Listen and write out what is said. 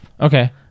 Okay